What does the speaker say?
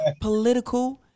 political